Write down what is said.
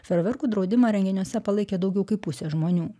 ferverkų draudimą renginiuose palaikė daugiau kaip pusė žmonių